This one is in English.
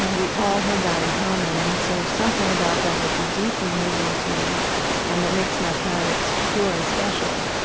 and we all have that in common. and so there's something about that that's deeply moving to me and that makes mathematics pure and special,